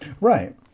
Right